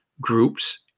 groups